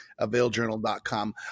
availjournal.com